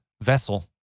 vessel